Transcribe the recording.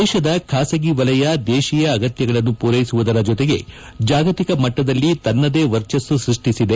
ದೇಶದ ಖಾಸಗಿ ವಲಯ ದೇಶೀಯ ಅಗತ್ಯಗಳನ್ನು ಪೂರೈಸುವ ಜತೆಗೆ ಜಾಗತಿಕ ಮಟ್ಟದಲ್ಲಿ ತನ್ನದೇ ವರ್ಚಸ್ಲು ಸೃಷ್ಷಿಸಿದೆ